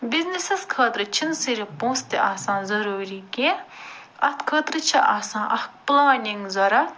بِزنیٚسَس خٲطرٕ چھِنہٕ صِرف پونٛسہٕ تہِ آسان ضُروٗری کیٚنٛہہ اَتھ خٲطرٕ چھِ آسان اَکھ پٕلانِنٛگ ضروٗرت